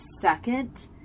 second